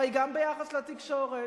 הרי גם ביחס לתקשורת,